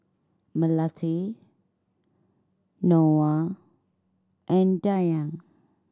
Melati Noah and Dayang